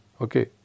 Okay